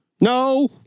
No